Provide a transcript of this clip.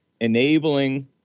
enabling